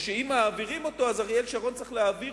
או שאם מעבירים אותו אז אריאל שרון צריך להעביר